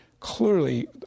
Clearly